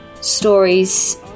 stories